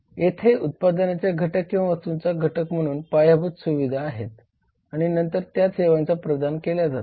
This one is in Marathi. येथे उत्पादनाचा घटक किंवा वस्तूंचा घटक म्हणून पायाभूत सुविधा आहेत आणि नंतर त्या सेवा प्रदान केल्या जातात